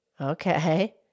Okay